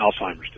Alzheimer's